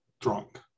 drunk